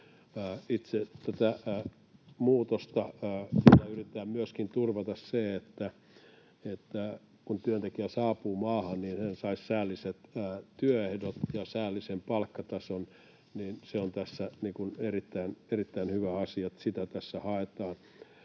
Itse tällä muutoksella yritetään turvata myöskin se, että kun työntekijä saapuu maahan, niin hän saisi säälliset työehdot ja säällisen palkkatason. Se on tässä erittäin hyvä asia, että sitä tässä haetaan.